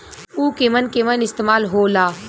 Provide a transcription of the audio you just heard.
उव केमन केमन इस्तेमाल हो ला?